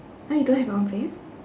!huh! you don't have your own place